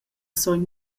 sogn